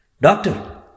Doctor